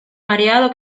mareado